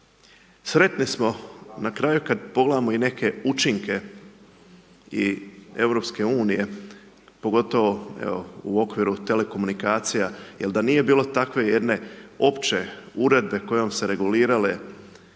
Sretni smo na kraju kada pogledamo i neke učinke i EU pogotovo evo, u okviru telekomunikacija, jer da nije bilo takve jedne opće uredbe kojom su se regulirale